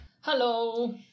Hello